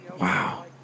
Wow